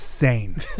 insane